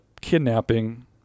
kidnapping